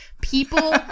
people